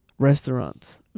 restaurants